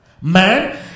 man